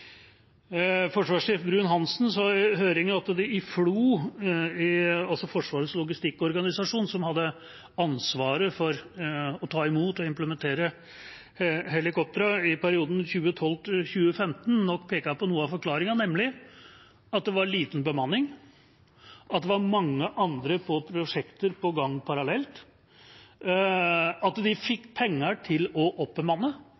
at FLO, altså Forsvarets logistikkorganisasjon, som hadde ansvaret for å ta imot og implementere helikoptrene i perioden 2012–2015, nok pekte på noe av forklaringen, nemlig at det var liten bemanning, at det var mange andre prosjekter på gang parallelt, at de fikk penger til å oppbemanne,